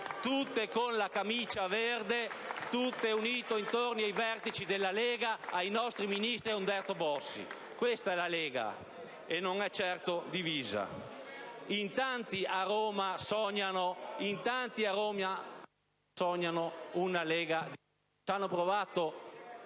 tutte con la camicia verde, tutte unite intorno ai vertici della Lega, ai nostri Ministri e a Umberto Bossi: questa è la Lega, e non è certo divisa. In tanti a Roma sognano una Lega divisa, ci hanno provato